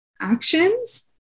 actions